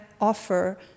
offer